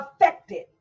affected